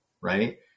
right